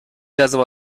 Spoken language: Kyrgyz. жазып